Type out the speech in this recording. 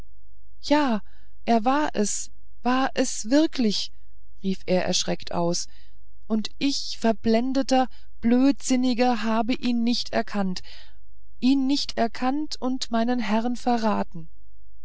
ja er war es war es wirklich rief er erschreckt aus und ich verblendeter blödsinniger habe ihn nicht erkannt ihn nicht erkannt und meinen herrn verraten